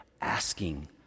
asking